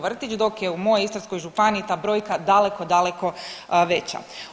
vrtić dok je u mojoj Istarskoj županiji ta brojka daleko, daleko veća.